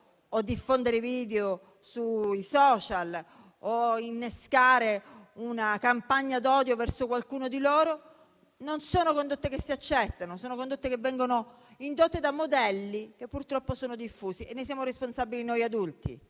diffondere video sui *social* o innescare una campagna di odio verso qualcuno di loro siano condotte che si accettano, condotte che vengono indotte da modelli purtroppo diffusi. E ne siamo responsabili noi adulti,